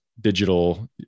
digital